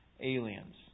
aliens